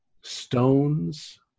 stones